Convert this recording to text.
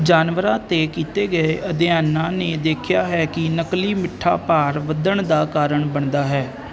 ਜਾਨਵਰਾਂ 'ਤੇ ਕੀਤੇ ਗਏ ਅਧਿਐਨਾਂ ਨੇ ਦਿਖਾਇਆ ਹੈ ਕਿ ਨਕਲੀ ਮਿੱਠਾ ਭਾਰ ਵਧਣ ਦਾ ਕਾਰਨ ਬਣਦਾ ਹੈ